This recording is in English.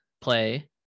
play